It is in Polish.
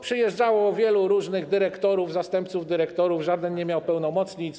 Przyjeżdżało wielu różnych dyrektorów, zastępców dyrektorów - żaden nie miał pełnomocnictw.